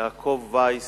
יעקב וייס,